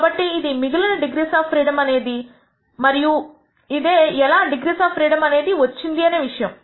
కాబట్టి ఇది మిగిలిన డిగ్రీస్ ఆఫ్ ఫ్రీడమ్ అనేది మరియు ఇదే ఎలా డిగ్రీస్ ఆఫ్ ఫ్రీడమ్ అనేది ఎలా వచ్చింది అనే విషయము